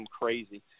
crazy